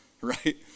right